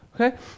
okay